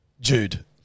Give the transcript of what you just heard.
Jude